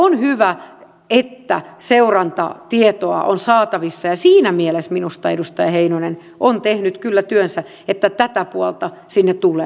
on hyvä että seurantatietoa on saatavissa ja siinä mielessä minusta edustaja heinonen on tehnyt kyllä työnsä että tätä puolta sinne tulee